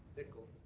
nicol.